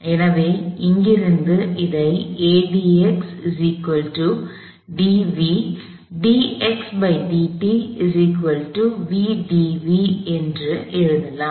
எனவே இங்கிருந்து இதை என எழுதலாம்